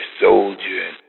Soldier